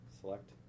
select